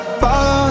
fall